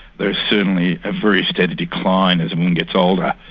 there is certainly a very steady decline as a woman gets older,